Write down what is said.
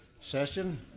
session